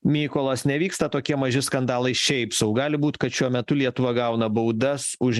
mykolas nevyksta tokie maži skandalai šiaip sau gali būt kad šiuo metu lietuva gauna baudas už